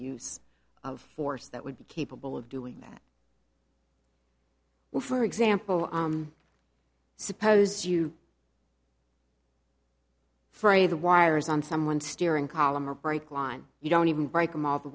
use of force that would be capable of doing that will for example suppose you free the wires on someone's steering column or brake line you don't even break them all the